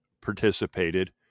participated